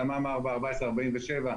תמ"מ 4/14/47,